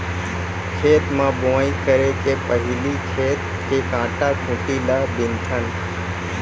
खेत म बोंवई करे के पहिली खेत के कांटा खूंटी ल बिनथन